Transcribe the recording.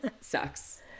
sucks